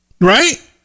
Right